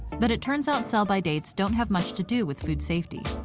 but it turns out sell-by dates don't have much to do with food safety.